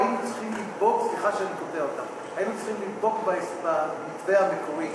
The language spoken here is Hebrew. כי היינו צריכים לדבוק במתווה המקורי,